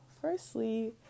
firstly